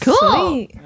Cool